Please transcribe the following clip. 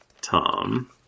Tom